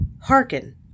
hearken